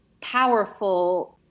powerful